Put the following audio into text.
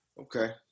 Okay